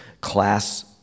class